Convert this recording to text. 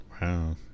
Wow